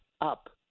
up